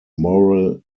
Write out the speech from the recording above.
moral